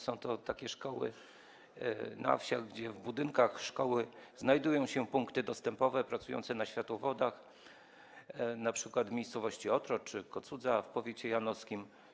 Są takie szkoły na wsiach, gdzie w budynkach szkoły znajdują się punkty dostępowe pracujące na światłowodach, np. w miejscowościach Otrocz czy Kocudza w powiecie janowskim.